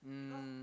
um